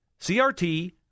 CRT